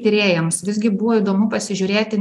tyrėjams visgi buvo įdomu pasižiūrėti